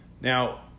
Now